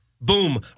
Boom